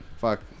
Fuck